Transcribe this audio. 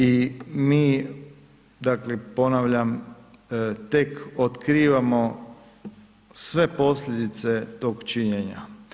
I mi dakle ponavljam, tek otkrivamo sve posljedice tog činjenja.